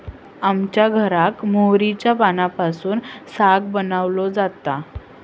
आमच्या घराक मोहरीच्या पानांपासून साग बनवलो जाता